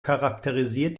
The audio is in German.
charakterisiert